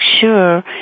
sure